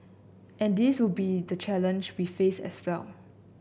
and this will be the challenge we face as well